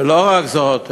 ולא רק זאת,